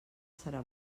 serà